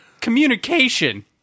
communication